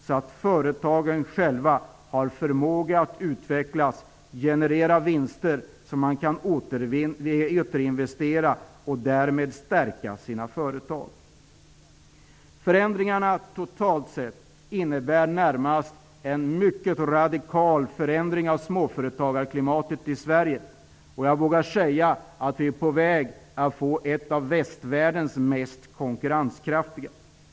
Då har företagen själva förmåga att utvecklas och generera vinster som kan återinvesteras. Därmed stärks företagen. Totalt sett innebär detta närmast en mycket radikal förändring av småföretagarklimatet i Sverige. Jag vågar säga att vi är på väg att få ett av västvärldens mest konkurrenskraftiga småföretagarklimat.